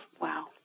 Wow